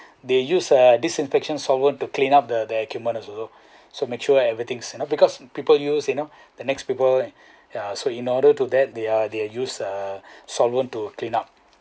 they use uh disinfection solvent to clean up the their equipments also so make sure and everything you know because people use you know the next people ya so in order to that they're use uh solvent to clean up